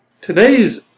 Today's